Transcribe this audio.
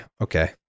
okay